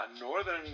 northern